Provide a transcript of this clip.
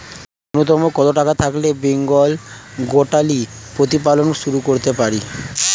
নূন্যতম কত টাকা থাকলে বেঙ্গল গোটারি প্রতিপালন শুরু করতে পারি?